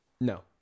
No